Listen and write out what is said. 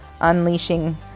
unleashing